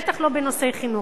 ובטח לא בנושאי חינוך,